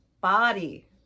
body